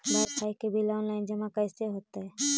Wifi के bill online जमा कैसे होतै?